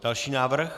Další návrh?